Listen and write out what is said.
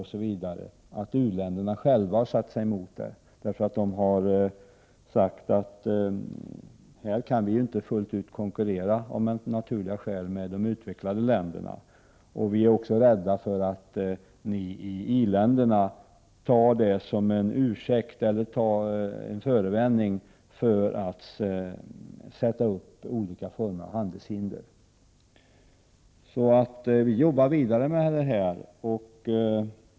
De har sagt att de, av naturliga skäl, inte kan konkurrera fullt ut med de utvecklade länderna. De är också rädda för att vi i i-länderna tar arbetsmiljökraven som en förevändning för att sätta upp olika former av handelshinder. Så vi jobbar vidare med detta.